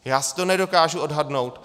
Já to nedokážu odhadnout.